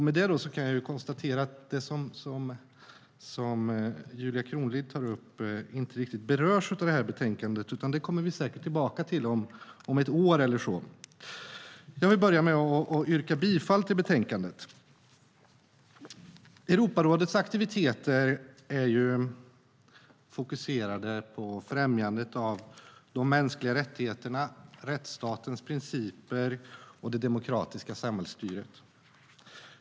Med detta kan jag konstatera att det Julia Kronlid tog upp inte riktigt berörs av det här betänkandet, men vi kommer säkert tillbaka till det om ett år eller så. Jag vill börja med att yrka bifall till förslaget i betänkandet. Europarådets aktiviteter är fokuserade på främjandet av de mänskliga rättigheterna, rättsstatens principer och det demokratiska samhällsstyret.